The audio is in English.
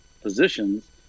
positions